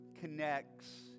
connects